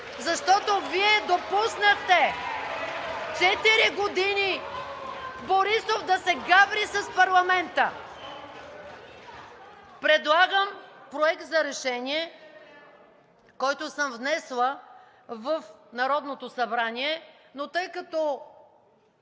отдясно) четири години Борисов да се гаври с парламента! Предлагам Проект за решение, който съм внесла в Народното събрание, но тъй като…